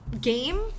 game